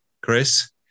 Chris